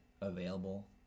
available